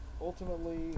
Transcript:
ultimately